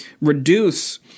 reduce